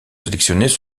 sélectionnés